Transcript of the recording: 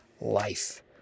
life